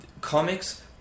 Comics